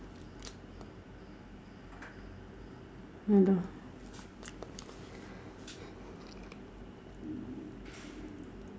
!hanna!